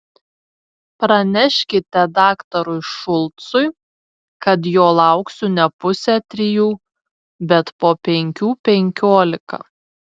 praneškite daktarui šulcui kad jo lauksiu ne pusę trijų bet po penkių penkiolika